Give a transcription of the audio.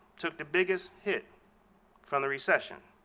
took the biggest hit from the recession.